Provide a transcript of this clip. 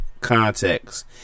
context